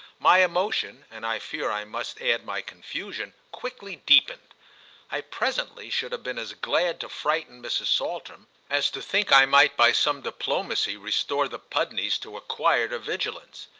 my emotion, and i fear i must add my confusion, quickly deepened i presently should have been as glad to frighten mrs. saltram as to think i might by some diplomacy restore the pudneys to a quieter vigilance.